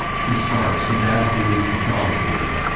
he starts with absolute catholicism.